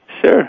Sure